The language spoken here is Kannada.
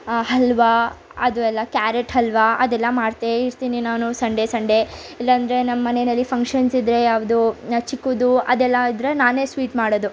ಹ ಹಲ್ವ ಅದು ಎಲ್ಲ ಕ್ಯಾರೆಟ್ ಹಲ್ವ ಅದೆಲ್ಲ ಮಾಡ್ತೇ ಇರ್ತೀನಿ ನಾನು ಸಂಡೇ ಸಂಡೇ ಇಲ್ಲಾಂದ್ರೆ ನಮ್ಮ ಮನೆಯಲ್ಲಿ ಫಂಕ್ಷನ್ಸ್ ಇದ್ದರೆ ಯಾವುದು ಚಿಕ್ಕದು ಅದೆಲ್ಲ ಇದ್ದರೆ ನಾನೇ ಸ್ವೀಟ್ ಮಾಡೋದು